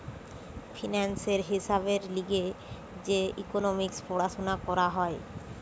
ফিন্যান্সের হিসাবের লিগে যে ইকোনোমিক্স পড়াশুনা করা হয়